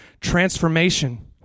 transformation